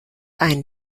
ein